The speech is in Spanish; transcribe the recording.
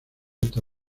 esta